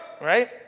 right